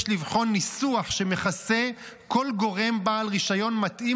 יש לבחון ניסוח שמכסה כל גורם בעל רישיון מתאים